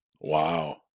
Wow